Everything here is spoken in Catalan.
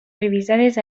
revisades